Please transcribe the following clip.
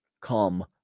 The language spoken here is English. come